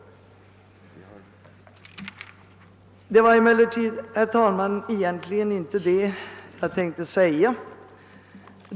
Det var emellertid, herr talman, egentligen inte detta jag tänkte säga.